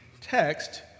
text